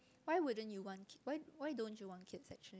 why wouldn't you want kid why why don't you want kid actually